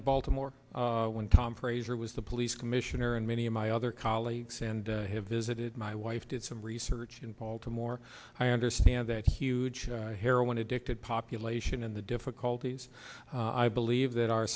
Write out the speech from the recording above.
in baltimore when tom fraser was the police commissioner and many my other colleagues and i have visited my wife did some research in baltimore i understand that huge heroin addicted population and the difficulties i believe that our